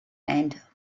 and